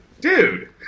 dude